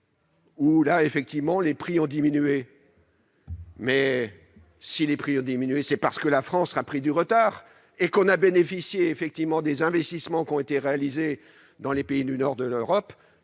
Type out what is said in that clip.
pour lequel les prix ont diminué. Mais si les prix ont diminué, c'est parce que la France a pris du retard et que nous avons bénéficié des investissements qui ont été réalisés dans les pays du Nord de l'Europe.